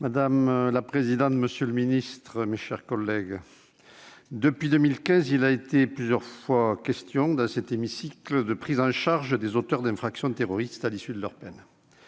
Madame la présidente, monsieur le garde des sceaux, mes chers collègues, depuis 2015, il a plusieurs fois été question dans cet hémicycle de la prise en charge des auteurs d'infractions terroristes à l'issue de leur peine.